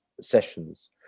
Sessions